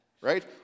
right